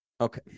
Okay